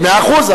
מאה אחוז,